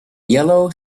yellow